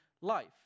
life